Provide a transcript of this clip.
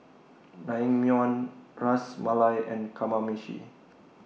Naengmyeon Ras Malai and Kamameshi